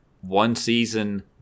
one-season